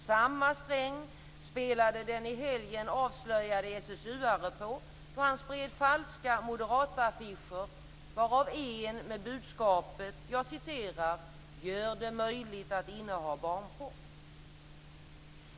Samma sträng spelade den i helgen avslöjade SSU-are på som spred falska moderataffischer, varav en med budskapet: "Gör det möjligt att inneha barnporr."